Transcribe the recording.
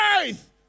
faith